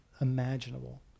imaginable